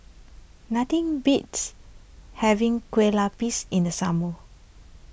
nothing beats having Kueh Lupis in the summer